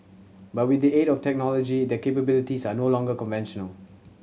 but with the aid of technology their capabilities are no longer conventional